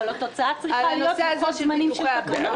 אבל התוצאה צריכה להיות לוחות זמנים של תקנות.